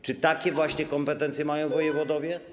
Czy takie właśnie kompetencje mają wojewodowie?